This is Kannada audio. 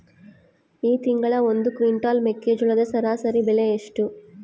ಈ ತಿಂಗಳ ಒಂದು ಕ್ವಿಂಟಾಲ್ ಮೆಕ್ಕೆಜೋಳದ ಸರಾಸರಿ ಬೆಲೆ ಎಷ್ಟು?